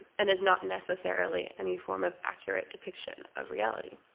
and is not necessarily any form of accurate depiction of reality.